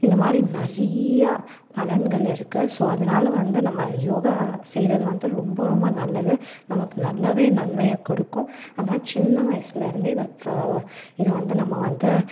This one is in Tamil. இந்த மாதிரி நிறையா பலன்கள் இருக்குது ஸோ அதனால வந்து நம்ம யோகா செய்கிறது வந்து ரொம்ப ரொம்ப நல்லது நமக்கு நல்லா நன்மையை கொடுக்கும் ஆனால் சின்ன வயிதில் இருந்து இதை இப்போ இதை வந்து நம்ம வந்து